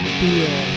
beer